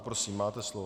Prosím, máte slovo.